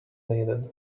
needed